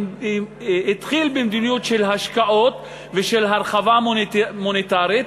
התחיל במדיניות של השקעות ושל הרחבה מוניטרית,